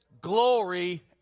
glory